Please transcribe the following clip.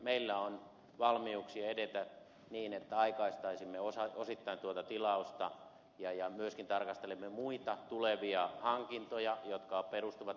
meillä on valmiuksia edetä niin että aikaistaisimme osittain tuota tilausta ja myöskin tarkastelemme muita tulevia hankintoja jotka perustuvat tilausvaltuuksiin